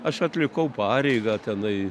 aš atlikau pareigą tenai